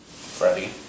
freddie